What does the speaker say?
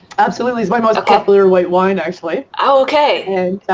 absolutely, it's my most popular white wine, actually. oh, okay. and